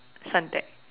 Suntec